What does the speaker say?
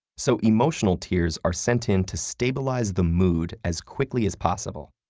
so, emotional tears are sent in to stabilize the mood as quickly as possible,